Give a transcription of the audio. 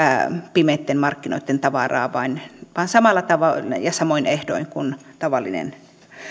pimeitten markkinoitten tavaraa vaan samalla tavoin ja samoin ehdoin kuin